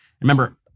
remember